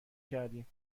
کردیم